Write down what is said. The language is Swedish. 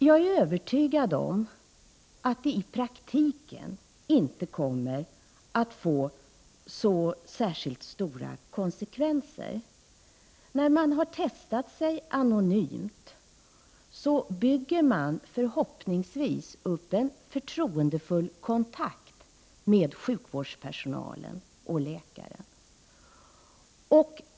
Jag är övertygad om att det i praktiken inte kommer att få särskilt stora konsekvenser. När man har testat sig anonymt bygger man förhoppningsvis upp en förtroendefull kontakt med sjukvårdspersonalen och läkaren.